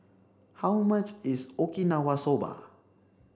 how much is okinawa soba